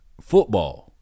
Football